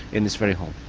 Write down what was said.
in this very hall.